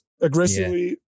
aggressively